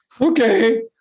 Okay